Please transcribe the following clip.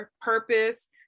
purpose